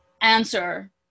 answer